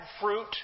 fruit